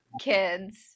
kids